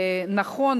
כמובן,